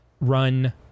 run